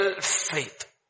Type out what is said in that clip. faith